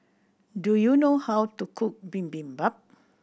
do you know how to cook Bibimbap